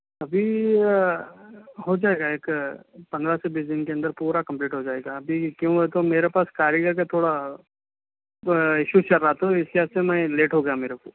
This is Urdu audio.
ابھی ہو جائے گا ایک پندرہ سے بیس دِن کے اندر پورا کمپلیٹ ہو جائے گا ابھی کیوں بولے تو میرے پاس کاریگر کا تھوڑا ایشو چل رہا تھا اسی واسطے میں لیٹ ہو گیا میرے کو